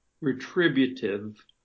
retributive